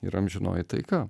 ir amžinoji taika